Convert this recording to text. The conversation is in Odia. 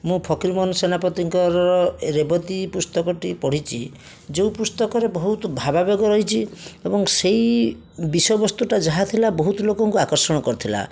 ମୁଁ ଫକୀରମୋହନ ସେନାପତିଙ୍କର ରେବତୀ ପୁସ୍ତକଟି ପଢ଼ିଛି ଯେଉଁ ପୁସ୍ତକର ବହୁତ ଭାବାବେଗ ରହିଛି ଏବଂ ସେହି ବିଷୟ ବସ୍ତୁଟା ଯାହାଥିଲା ବହୁତ ଲୋକଙ୍କୁ ଆକର୍ଷଣ କରିଥିଲା